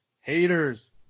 haters